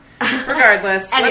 regardless